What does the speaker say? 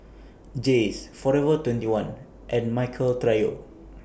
Jays Forever twenty one and Michael Trio